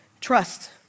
Trust